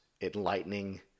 enlightening